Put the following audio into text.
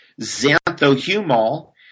xanthohumol